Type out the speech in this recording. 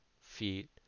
feet